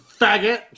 faggot